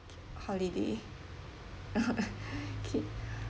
holiday okay